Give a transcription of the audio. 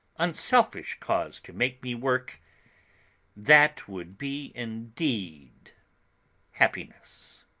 unselfish cause to make me work that would be indeed happiness.